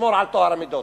לשמור על טוהר המידות,